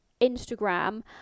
Instagram